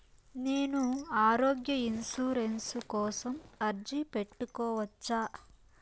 నేను ఆరోగ్య ఇన్సూరెన్సు కోసం అర్జీ పెట్టుకోవచ్చా?